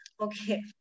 Okay